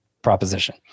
proposition